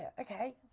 okay